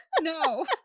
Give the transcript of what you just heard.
No